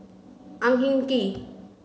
Ang Hin Kee